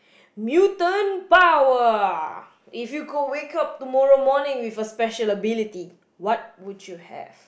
mutant power if you could wake up tomorrow morning with a special ability what would you have